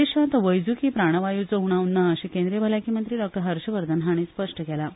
देशांत वैजकी प्राणवायूचो उणाव ना अशें केंद्रीय भलायकी मंत्री डॉ हर्षवर्धन हांणी स्पश्ट केलां